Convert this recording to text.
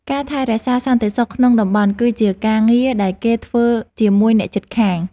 ការថែរក្សាសន្តិសុខក្នុងតំបន់គឺជាការងារដែលគេធ្វើជាមួយអ្នកជិតខាង។